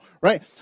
right